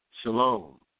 Shalom